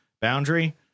boundary